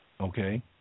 Okay